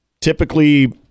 typically